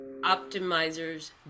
optimizers